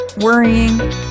worrying